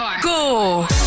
Go